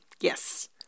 Yes